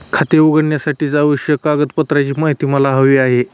खाते उघडण्यासाठीच्या आवश्यक कागदपत्रांची माहिती मला हवी आहे